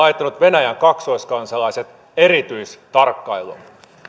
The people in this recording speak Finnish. laittanut venäjän kaksoiskansalaiset erityistarkkailuun